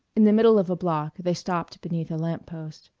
in the middle of a block they stopped beneath a lamp-post.